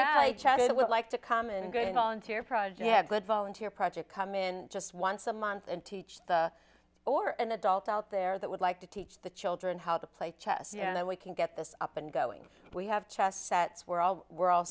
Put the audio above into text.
i chatted with like the common good and all into your project would volunteer project come in just once a month and teach or an adult out there that would like to teach the children how to play chess you know we can get this up and going we have chest sets we're all we're all